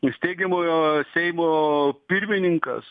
steigiamojo seimo pirmininkas